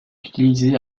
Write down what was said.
utilisée